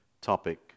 topic